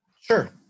sure